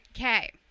okay